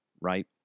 right